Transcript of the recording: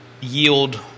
yield